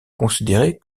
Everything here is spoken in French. considérés